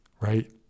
right